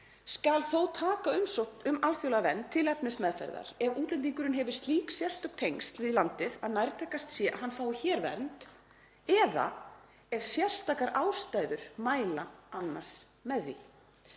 skal þó taka umsókn um alþjóðlega vernd til efnismeðferðar ef útlendingurinn hefur slík sérstök tengsl við landið að nærtækast sé að hann fái hér vernd eða ef sérstakar ástæður mæla annars með því.“